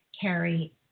carry